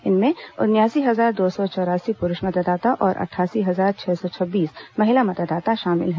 इनमें उनयासी हजार दो सौ चौरासी पुरूष मतदाता और अठासी हजार छह सौ छब्बीस महिला मतदाता शामिल हैं